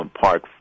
Park